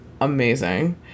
amazing